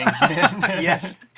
Yes